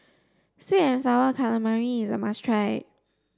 sweet and sour calamari is a must try